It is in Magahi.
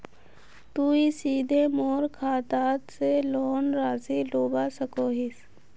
तुई सीधे मोर खाता से लोन राशि लुबा सकोहिस?